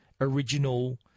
original